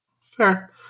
Fair